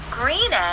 green